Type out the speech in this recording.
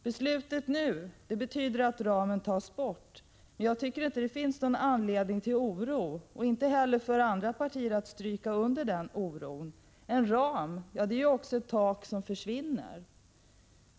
Det nu föreliggande beslutet betyder att ramen tas bort. Men jag tycker inte att det finns någon anledning till oro — det bör även gälla för de andra partierna. En ram är ju också ett tak som försvinner.